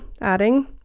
adding